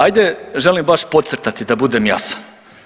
Ajde želim baš podcrtati da budem jasan.